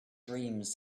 dreams